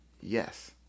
Yes